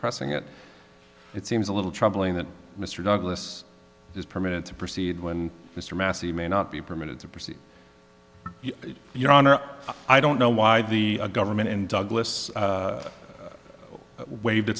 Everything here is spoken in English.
pressing it it seems a little troubling that mr douglas is permitted to proceed when mr massey may not be permitted to proceed your honor i don't know why the government in douglas